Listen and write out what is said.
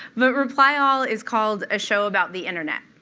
but reply all is called a show about the internet.